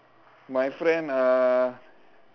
my friend uh